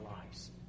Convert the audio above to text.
lives